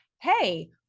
hey